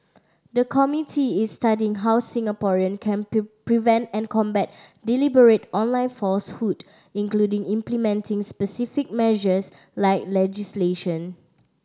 the committee is studying how Singaporean can prevent and combat deliberate online falsehood including implementing specific measures like legislation